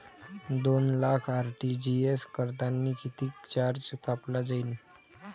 दोन लाख आर.टी.जी.एस करतांनी कितीक चार्ज कापला जाईन?